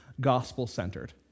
gospel-centered